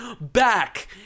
back